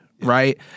Right